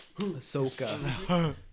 Ahsoka